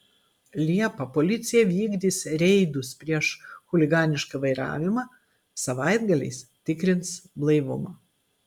liepą policija vykdys reidus prieš chuliganišką vairavimą savaitgaliais tikrins blaivumą